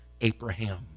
Abraham